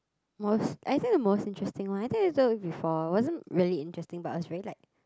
most I think the most interesting one I think I told you before wasn't really interesting but I was very like